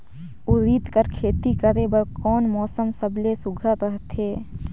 उरीद कर खेती करे बर कोन मौसम सबले सुघ्घर रहथे?